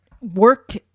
work